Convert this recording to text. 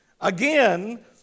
Again